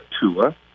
Tua